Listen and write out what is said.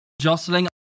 jostling